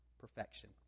perfection